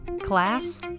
class